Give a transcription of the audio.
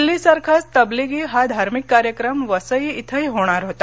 दिल्लीसारखाच तब्लिगी हा धार्मिक कार्यक्रम वसई इथंही होणार होता